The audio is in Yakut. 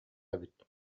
эбит